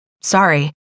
sorry